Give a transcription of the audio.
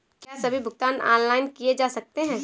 क्या सभी भुगतान ऑनलाइन किए जा सकते हैं?